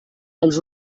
els